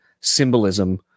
symbolism